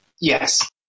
Yes